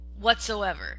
whatsoever